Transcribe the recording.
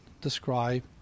describe